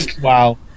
wow